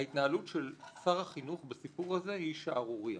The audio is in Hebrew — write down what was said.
ההתנהלות של שר החינוך בסיפור הזה היא שערורייה.